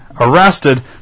arrested